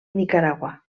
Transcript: nicaragua